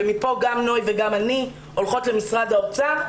ומפה גם נוי סופר וגם אני הולכות למשרד האוצר,